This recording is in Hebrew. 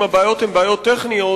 אם הבעיות הן בעיות טכניות,